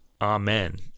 amen